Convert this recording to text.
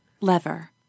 Lever